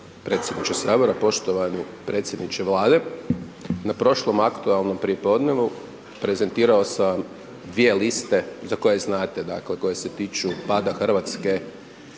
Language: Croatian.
predsjedniče Sabora. Poštovani predsjedniče Vlade. Na prošlom aktualnom prijepodnevu prezentirao sam vas dvije liste za koje znate dakle, koje se tiču pada Hrvatske